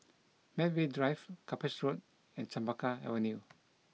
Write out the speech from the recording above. Medway Drive Cuppage Road and Chempaka Avenue